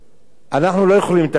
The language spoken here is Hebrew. אנחנו לא יכולים לתכנן את העולם.